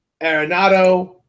Arenado